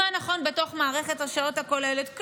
מה נכון בתוך מערכת השעות הכוללת?